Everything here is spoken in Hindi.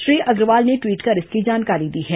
श्री अग्रवाल ने ट्वीट कर इसकी जानकारी दी है